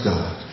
God